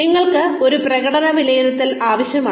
ഞങ്ങൾക്ക് ഒരു പ്രകടന വിലയിരുത്തൽ ആവശ്യമാണ്